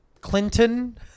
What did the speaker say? Clinton